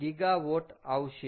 75 GW આવશે